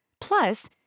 Plus